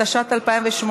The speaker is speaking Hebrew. התשע"ט 2018,